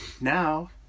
now